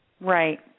Right